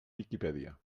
viquipèdia